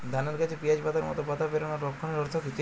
ধানের গাছে পিয়াজ পাতার মতো পাতা বেরোনোর লক্ষণের অর্থ কী?